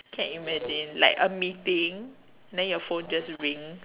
can imagine like a meeting then your phone just ring